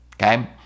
okay